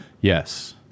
Yes